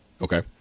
okay